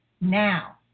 now